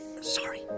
Sorry